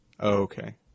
Okay